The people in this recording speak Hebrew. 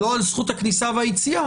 לא על זכות הכניסה והיציאה,